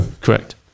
Correct